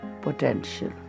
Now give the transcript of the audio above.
potential